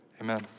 amen